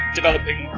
developing